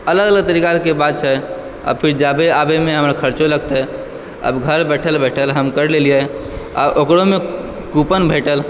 अलग अलग तरीकाके बात छै आओर फेर जाबै आबैमे हमरा खरचो लगतै अब घर बैठल बैठल हम करि लेलिए आब ओकरोमे कूपन भेटल